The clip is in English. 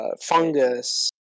fungus